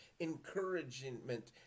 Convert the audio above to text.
encouragement